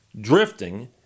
drifting